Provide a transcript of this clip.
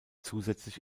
zusätzlich